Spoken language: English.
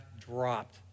dropped